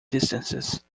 distances